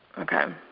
okay.